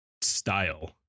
style